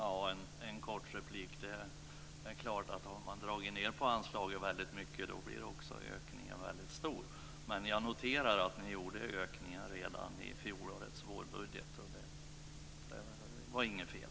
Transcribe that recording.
Fru talman! Det är klart att om man har dragit ned på anslaget väldigt mycket blir också ökningen väldigt stor. Jag noterar att ni gjorde ökningar redan i fjolårets vårbudget. Det var inget fel.